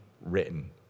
written